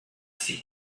sea